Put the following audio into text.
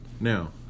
Now